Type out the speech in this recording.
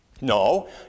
No